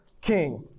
king